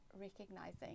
recognizing